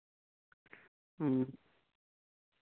ᱦᱩᱸ